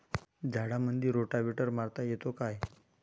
झाडामंदी रोटावेटर मारता येतो काय?